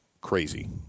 crazy